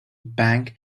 bank